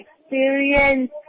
experience